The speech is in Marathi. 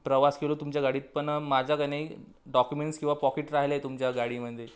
प्रवास केला तुमच्या गाडीत पण माझा की नाही डॉक्युमेंट्स किंवा पॉकिट राहिले आहे तुमच्या गाडीमध्ये